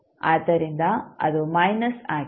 ಆದ್ದರಿಂದ ಅದು ಮೈನಸ್ ಆಗಿದೆ